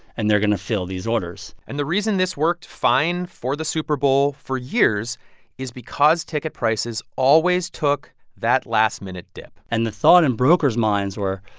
and they're going to fill these orders and the reason this worked fine for the super bowl for years is because ticket prices always took that last-minute dip and the thought in brokers' minds were,